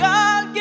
God